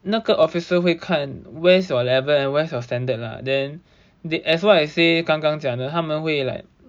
那个 officer 会看 where is your level and where is your standard lah then they as long as they say 刚刚讲的他们会 like